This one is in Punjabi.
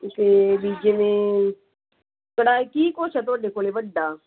ਅਤੇ ਵੀ ਜਿਵੇਂ ਕੜਾਹੀ ਕੀ ਕੁਝ ਹੈ ਤੁਹਾਡੇ ਕੋਲ ਵੱਡਾ